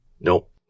Nope